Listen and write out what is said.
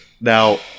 Now